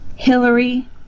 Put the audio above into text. Hillary